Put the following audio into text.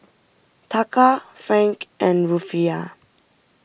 Taka Franc and Rufiyaa